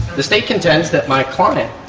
the state contends that my client,